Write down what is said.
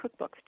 cookbooks